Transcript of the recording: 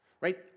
right